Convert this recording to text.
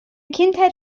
kindheit